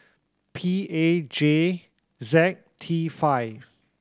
P A J Z T five